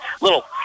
Little